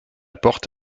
porte